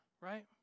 right